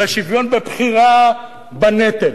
אלא שוויון בבחירה בנטל